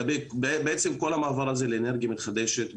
בעצם כל המעבר הזה לאנרגיה מתחדשת,